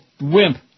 wimp